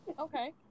Okay